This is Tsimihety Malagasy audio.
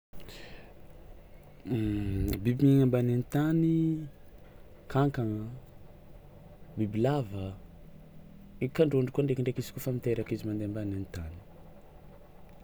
Biby miaigny ambaniny tany: kankagnaa, bibilavaa, de kandrôndro koa ndraikindraiky izy koa afa mitairaka izy mandaiha ambaniny tany.